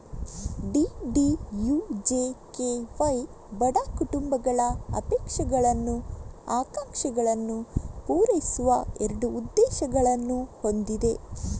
DDUJKY ಬಡ ಕುಟುಂಬಗಳ ಅಪೇಕ್ಷಗಳನ್ನು, ಆಕಾಂಕ್ಷೆಗಳನ್ನು ಪೂರೈಸುವ ಎರಡು ಉದ್ದೇಶಗಳನ್ನು ಹೊಂದಿದೆ